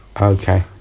Okay